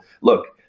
look